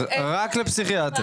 רק לפסיכיאטר?